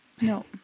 No